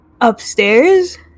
Upstairs